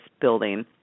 building